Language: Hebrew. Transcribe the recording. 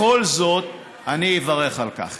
בכל זאת אני אברך על כך.